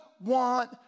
want